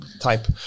type